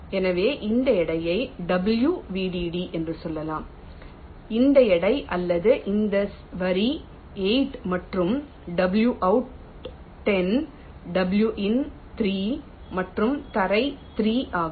எனவே இந்த எடையை w vdd என்று சொல்லலாம் இந்த எடை அல்லது இந்த வரி 8 மற்றும் w out 10 w in 3 மற்றும் தரை 3 ஆகும்